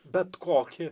bet kokį